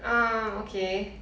um okay